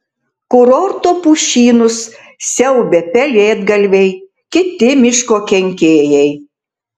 kurorto pušynus siaubia pelėdgalviai kiti miško kenkėjai